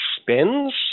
spins